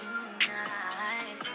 tonight